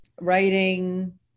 writing